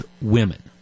women